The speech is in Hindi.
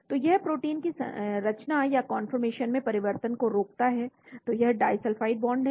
तो यह प्रोटीन की रचना या कन्फर्मेशन में परिवर्तन को रोकता है तो यह डाइसल्फ़ाइड बॉन्ड है